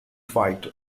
fight